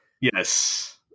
Yes